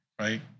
right